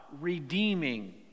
redeeming